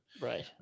right